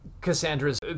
cassandra's